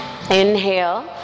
Inhale